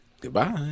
Goodbye